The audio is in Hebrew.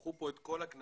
והפכו כאן את כל הכנסת